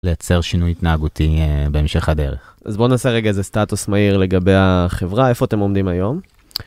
לייצר שינוי התנהגותי בהמשך הדרך. אז בואו נעשה רגע איזה סטטוס מהיר לגבי החברה, איפה אתם עומדים היום?